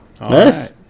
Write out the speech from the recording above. Nice